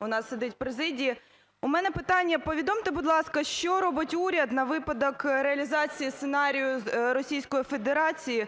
у нас сидить в президії. У мене питання. Повідомте, будь ласка, що робить уряд на випадок реалізації сценарію Російської Федерації